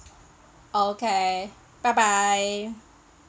okay bye bye